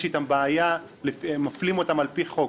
יש איתם בעיה, מפלים אותם על פי חוק.